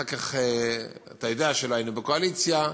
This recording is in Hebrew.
אחר כך אתה יודע שלא היינו בקואליציה,